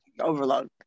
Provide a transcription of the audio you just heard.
overload